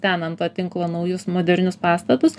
ten ant to tinklo naujus modernius pastatus